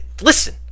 listen